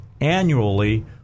annually